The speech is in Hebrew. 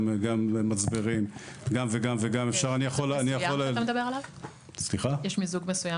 גם מצברים וגם וגם וגם --- יש מיזוג מסוים